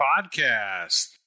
Podcast